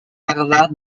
harvard